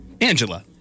Angela